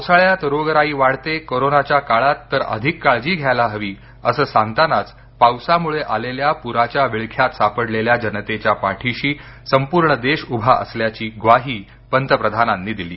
पावसाळ्यात रोगराई वाढते कोरोनाच्या काळात तर अधिक काळजी घ्यायला हवी असं सांगतानाच पावसामुळे आलेल्या पुराच्या विळख्यात सापडलेल्या जनतेच्या पाठीशी संपूर्ण देश उभा असल्याची ग्वाही पंतप्रधानांनी दिली